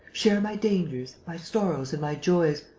share my dangers, my sorrows and my joys.